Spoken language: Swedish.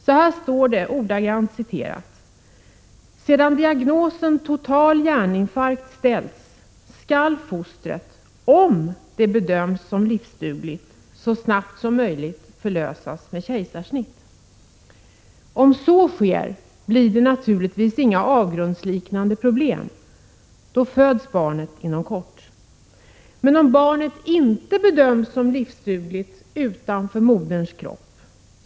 Så här står det: ”Sedan diagnosen total hjärninfarkt ställts skall fostret om det bedöms livsdugligt så snabbt som möjligt förlösas med kejsarsnitt.” Om så sker blir det inga avgrundsliknande problem. Då föds barnet inom kort. Men om barnet inte bedöms som livsdugligt utanför moderns kropp?